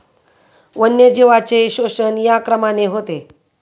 वन्यजीवांचे शोषण या क्रमाने होते